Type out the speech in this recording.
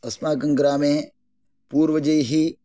अस्माकं ग्रामे पूर्वजैः